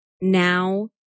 now